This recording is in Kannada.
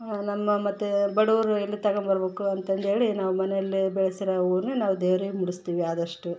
ನಮ್ಮ ಮತ್ತು ಬಡವರು ಎಲ್ಲಿ ತಗೊಂಬರ್ಬೇಕು ಅಂತಂದೇಳಿ ನಾವು ಮನೇಲೆ ಬೆಳ್ಸಿರೋ ಹೂವುನ್ನೆ ನಾವು ದೇವ್ರಿಗೆ ಮುಡಿಸ್ತೀವಿ ಆದಷ್ಟು